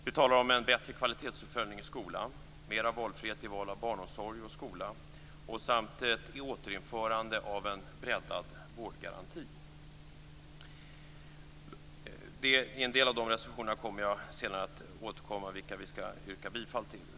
Vi talar om en bättre kvalitetsuppföljning i skolan, mera valfrihet i val av barnomsorg och skola samt ett återinförande av en breddad vårdgaranti. Jag återkommer när det gäller vilka av dessa reservationer vi yrkar bifall till.